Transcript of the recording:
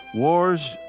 Wars